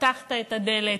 פתחת את הדלת,